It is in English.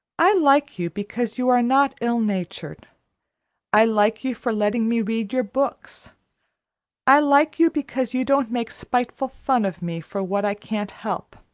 i like you because you are not ill-natured i like you for letting me read your books i like you because you don't make spiteful fun of me for what i can't help.